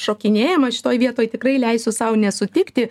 šokinėjama šitoj vietoj tikrai leisiu sau nesutikti